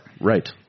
Right